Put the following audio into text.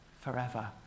forever